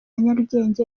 nyarugenge